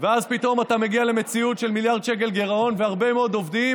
ואז פתאום אתה מגיע למציאות של מיליארד שקל גירעון והרבה מאוד עובדים